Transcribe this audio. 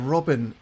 Robin